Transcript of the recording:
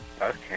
Okay